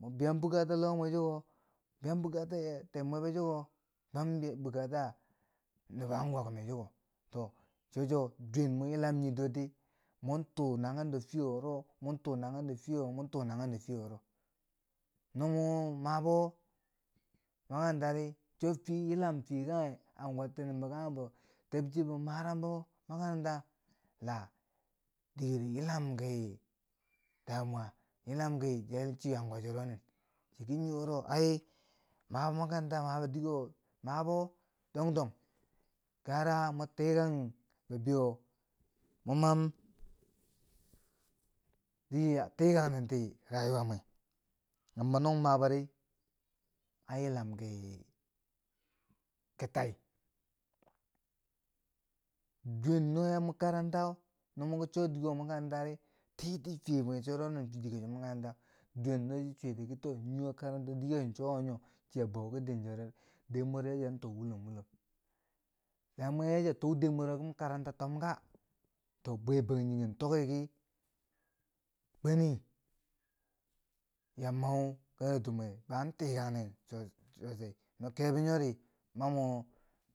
mun Biyam bukata loh bwe ciko biyam bukata temwebo chiko, biyam bukata nobo anguwa kime to, cho chuwo mo yilam nii dur di, mon tuu nanghendo fiye wuro, mwan tuu nanghendo fiye wuro, mwan tuu nanghendo fiye wuro. No mo mabo makanrata ri, cho fiye yilam fiye kanghe anguwanti kanghem tebechibo marang bo makaranta, la dike yilam ki damuwa, yilam ki, Jahilci anguwa chiro nen, diki nii woro ai mabo makaranta, mabo dikewo, ma bo dongdong, gyara mo tikang bi biyo, mo mam, dike a tikang nenti rayuwa mwe amma no mun ma mabo di an yilam ki ki tai, duwen no mo makaranta, no mu ki cho dike wo mun karanta di, titii fiye mwe chero nin dike mwa makaranta duwen no chi chuwoti ki to dike yiwo karanta cho dike wuro nyo chi a bow kiden mwero den mwero chiya tuu wulom wulom la mwe chiya tuu den mwero ki makaranta tomka ka? Bwe bangjinghe tokki kweni ya mau karatu mwe, bo an tikang nen, so- sosai, no kebo nyori mani mwa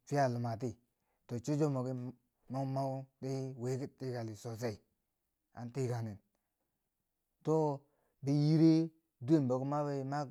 fiya lima ti. to cho cho moki na mun mauri wi ki tikali sosai an tikang nen so bi yiri biki duwen biki maa.